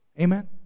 Amen